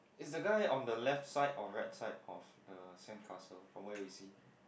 is the guy on the left side or right side of the sand castle from where we see